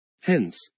Hence